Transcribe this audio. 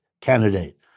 candidate